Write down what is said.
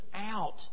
out